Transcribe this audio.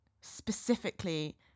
specifically